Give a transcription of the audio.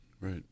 Right